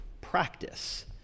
practice